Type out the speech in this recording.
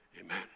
amen